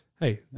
hey